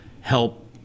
help